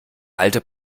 alte